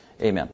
Amen